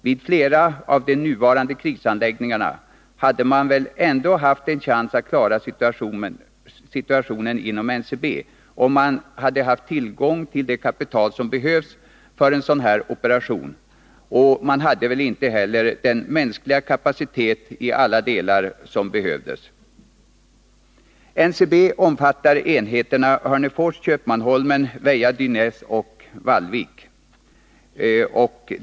Vid flera av de nuvarande krisanläggningarna hade man väl ändå haft en chans att klara situationen, om man hade haft tillgång till det kapital som behövs för en sådan här operation. Man hade väl inte heller i alla delar den mänskliga kapacitet som behövdes. NCB omfattar enheterna Hörnefors, Köpmanholmen, Dynäs-Väja och Vallvik.